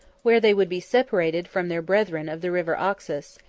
where they would be separated from their brethren of the river oxus,